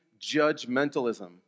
judgmentalism